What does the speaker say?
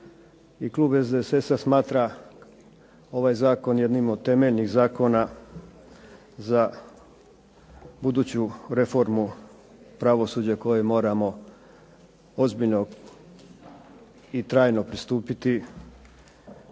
klub SDSS-a smatra ovaj zakon jednim od temeljnih zakona za buduću reformu pravosuđa kojoj moramo ozbiljno i trajno pristupiti